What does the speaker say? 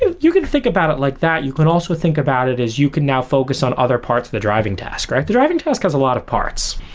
you can think about it like that. you can also think about it as you can now focus on other parts of the driving task, right? the driving task has a lot of parts.